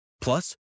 Plus